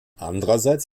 andererseits